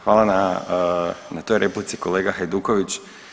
Hvala na toj replici kolega Hajduković.